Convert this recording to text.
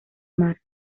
mar